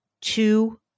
two